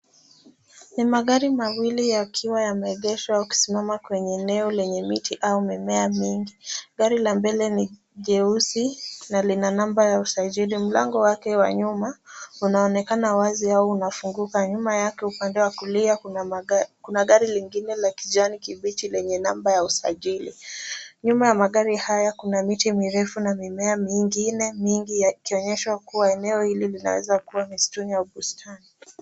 Ni magari mawili yakiwa yameegeshwa au kusimama kwenye eneo lenye miti au mimea mingi. Gari la mbele ni jeusi, na lina namba ya usajili. Mlango wake wa nyuma, unaonekana wazi au unafunguka. Nyuma yake upande wa kulia, kuna gari lingine la kijani kibichi lenye namba ya usajili. Nyuma ya magari haya kuna miti mirefu na mimea mingine mingi yakionyesha kuwa eneo hili linaweza kuwa mistuni au bustani.